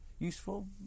Useful